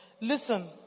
Listen